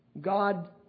God